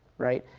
right.